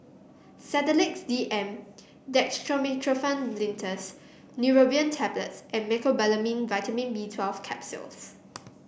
Sedilix D M Dextromethorphan Linctus Neurobion Tablets and Mecobalamin Vitamin B Twelve Capsules